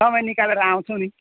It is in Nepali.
समय निकालेर आउँछ नि